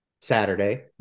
Saturday